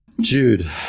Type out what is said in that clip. Jude